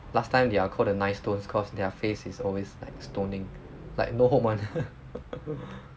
last time they are called the nine stones cause their face is always like stoning like no hope [one]